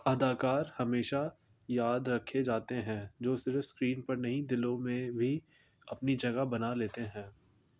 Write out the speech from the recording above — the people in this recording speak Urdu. اداکار ہمیشہ یاد رکھے جاتے ہیں جو صرف اسکرین پر نہیں دلوں میں بھی اپنی جگہ بنا لیتے ہیں